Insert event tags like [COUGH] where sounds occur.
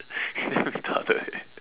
[LAUGHS] you damn retarded eh